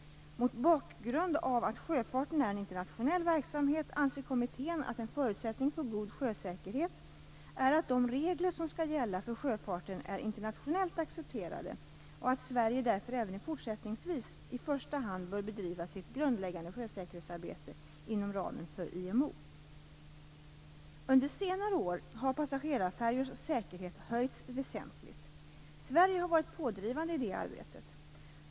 Mot bakgrund av att sjöfarten är en internationell verksamhet anser kommittén att en förutsättning för god sjösäkerhet är att de regler som skall gälla för sjöfarten är internationellt accepterade och att Sverige därför även fortsättningsvis i första hand bör bedriva sitt grundläggande sjösäkerhetsarbete inom ramen för IMO. Under senare år har passagerarfärjors säkerhet höjts väsentligt. Sverige har varit pådrivande i det arbetet.